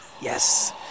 Yes